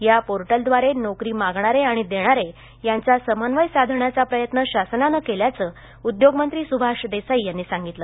या पोर्टलद्वारे नोकरी मागणारे आणि देणारे यांचा समन्वय साधण्याचा प्रयत्न शासनानं केल्याचं उद्योगमंत्री सुभाष देसाई यांनी सांगितलं